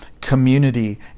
community